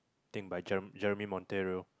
thing by Jerem~ Jeremy-Monteiro